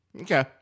Okay